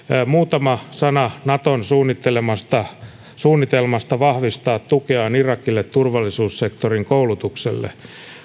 muutama sana naton suunnitelmasta suunnitelmasta vahvistaa tukeaan irakille turvallisuussektorin koulutuksella